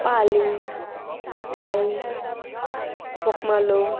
पाली बाळी बोकमालो